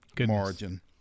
margin